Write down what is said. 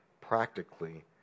practically